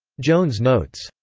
jones notes,